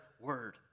word